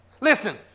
Listen